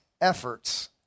efforts